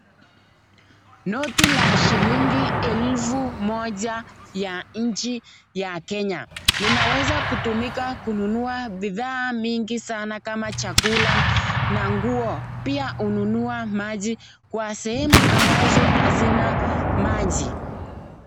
Noti la shilingi elfu moja ya inchi ya kenya. Linaweza kutumika kununua bidhaa mingi sana kama chakula na nguo. Pia hununua maji kwa sehemu ambazo azina maji.